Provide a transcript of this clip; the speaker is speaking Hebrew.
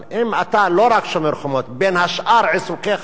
אבל אם אתה לא רק שומר חומות ושמירת החומות זה בין שאר עיסוקיך,